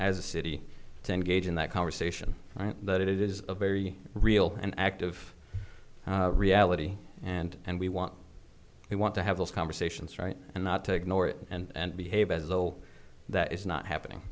as a city to engage in that conversation that it is a very real and active reality and and we want we want to have those conversations right and not to ignore it and behave as a whole that is not happening